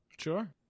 sure